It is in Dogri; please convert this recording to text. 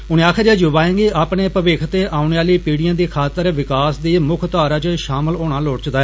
उनें आक्खेआ जे युवाएं गी अपने भविक्ख ते आओने आली पीढ़िएं दी खातिर विकास दी मुक्ख धारा च शामल होना लोड़चदा